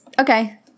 Okay